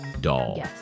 doll